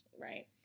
Right